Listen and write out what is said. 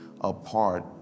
Apart